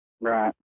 right